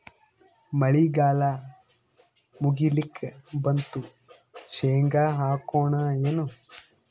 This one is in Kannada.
ಮಳಿಗಾಲ ಮುಗಿಲಿಕ್ ಬಂತು, ಶೇಂಗಾ ಹಾಕೋಣ ಏನು?